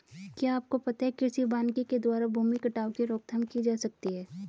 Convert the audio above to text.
क्या आपको पता है कृषि वानिकी के द्वारा भूमि कटाव की रोकथाम की जा सकती है?